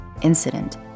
incident